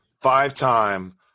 Five-time